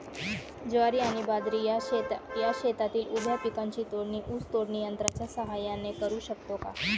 ज्वारी आणि बाजरी या शेतातील उभ्या पिकांची तोडणी ऊस तोडणी यंत्राच्या सहाय्याने करु शकतो का?